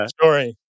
story